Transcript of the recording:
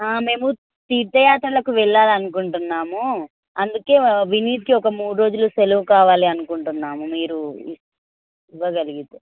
మేము తీర్ధ యాత్రలకు వెళ్ళాలి అనుకుంటున్నాము అందుకే వినీత్కి ఒక మూడు రోజులు సెలవు కావాలి అనుకుంటున్నాము మీరు ఇ ఇవ్వగలిగితే